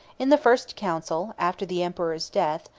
in the first council, after the emperor's death,